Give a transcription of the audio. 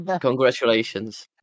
Congratulations